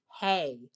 hey